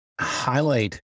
highlight